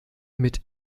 mit